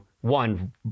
one